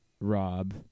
Rob